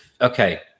okay